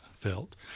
felt